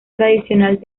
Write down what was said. tradicional